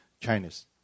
Chinese